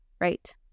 right